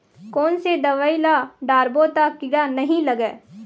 कोन से दवाई ल डारबो त कीड़ा नहीं लगय?